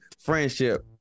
friendship